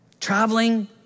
traveling